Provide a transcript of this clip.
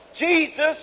Jesus